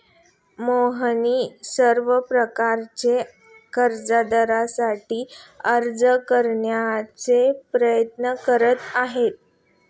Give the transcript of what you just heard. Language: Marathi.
मोहन सर्व प्रकारच्या कर्जासाठी अर्ज करण्याचा प्रयत्न करीत आहे